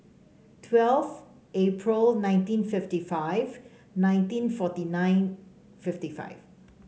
twelve April nineteen fifty five nineteen forty nine fifty five